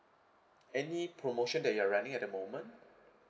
any promotion that you're running at the moment